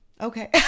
Okay